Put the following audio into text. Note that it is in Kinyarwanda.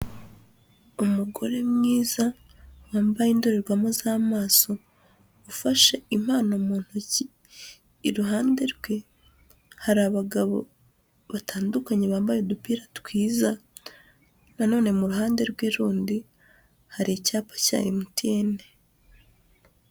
Umugore mwiza wambaye indorerwamo z'amaso ufashe impano mu ntoki, iruhande rwe hari abagabo batandukanye bambaye udupira twiza na none mu ruhande rwe rundi hari icyapa cya Emutiyene.